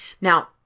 Now